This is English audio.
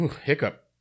Hiccup